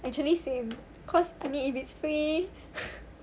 actually same cause I mean if it's free